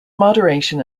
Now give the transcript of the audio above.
moderation